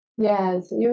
Yes